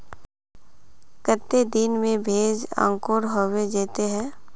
केते दिन में भेज अंकूर होबे जयते है?